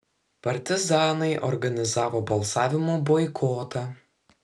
partizanai organizavo balsavimų boikotą